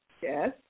Yes